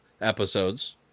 episodes